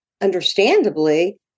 understandably